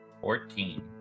Fourteen